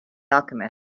alchemist